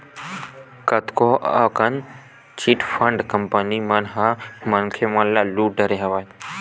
कतको अकन chit fund company मन ह मनखे मन ल लुट डरे हवय